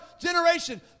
generation